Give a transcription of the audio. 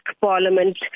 Parliament